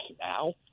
now